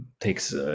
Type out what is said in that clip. takes